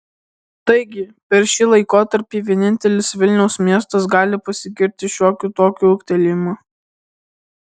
taigi per šį laikotarpį vienintelis vilniaus miestas gali pasigirti šiokiu tokiu ūgtelėjimu